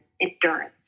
endurance